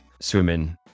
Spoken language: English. swimming